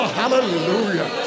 hallelujah